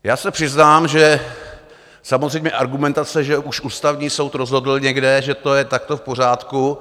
Já se přiznám, že samozřejmě argumentace, že už Ústavní soud rozhodl někde, že to je takto v pořádku...